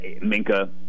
Minka